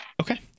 Okay